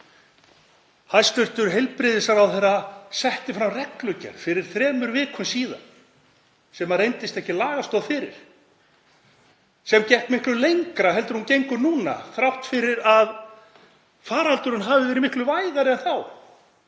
Hæstv. heilbrigðisráðherra setti fram reglugerð fyrir þremur vikum síðan sem reyndist ekki lagastoð fyrir, sem gekk miklu lengra en hún gengur núna þrátt fyrir að faraldurinn hafi verið miklu vægari þá.